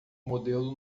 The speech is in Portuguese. modelo